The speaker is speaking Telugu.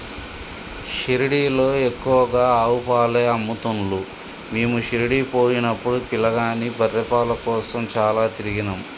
షిరిడీలో ఎక్కువగా ఆవు పాలే అమ్ముతున్లు మీము షిరిడీ పోయినపుడు పిలగాని బర్రె పాల కోసం చాల తిరిగినం